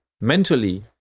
mentally